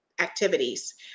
activities